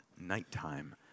nighttime